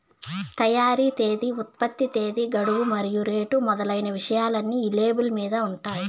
తయారీ తేదీ ఉత్పత్తి తేదీ గడువు మరియు రేటు మొదలైన విషయాలన్నీ ఈ లేబుల్ మీద ఉంటాయి